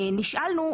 נשאלנו,